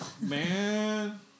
man